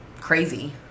crazy